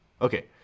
Okay